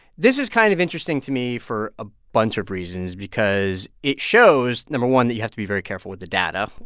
this is kind of interesting to me for a bunch of reasons because it shows, no. one, that you have to be very careful with the data,